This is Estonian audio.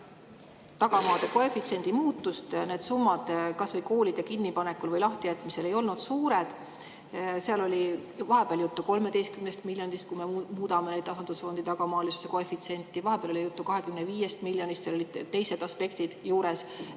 ehk tagamaade koefitsiendi muutmist. Need summad kas või koolide kinnipanekul või lahtijätmisel ei olnud suured. Vahepeal oli juttu 13 miljonist, kui me muudame tasandusfondi tagamaalisuse koefitsienti, vahepeal oli juttu 25 miljonist. Seal olid teised aspektid juures.